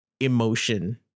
emotion